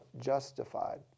justified